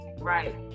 Right